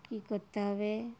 কী করতে হবে